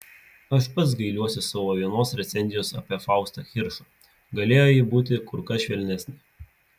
aš pats gailiuosi savo vienos recenzijos apie faustą kiršą galėjo ji būti kur kas švelnesnė